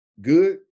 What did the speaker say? good